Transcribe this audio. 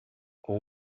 com